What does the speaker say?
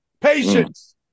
Patience